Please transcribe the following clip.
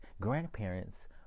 grandparents